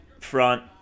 front